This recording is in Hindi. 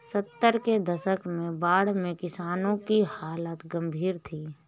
सत्तर के दशक में बाढ़ से किसानों की हालत गंभीर थी